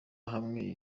hamwe